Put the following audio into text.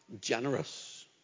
generous